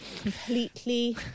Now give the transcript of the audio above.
completely